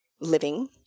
living